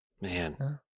Man